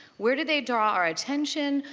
where do they draw our attention?